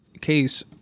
case